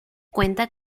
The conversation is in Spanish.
cuenta